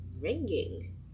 ringing